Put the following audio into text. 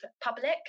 public